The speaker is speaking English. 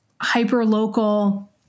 hyper-local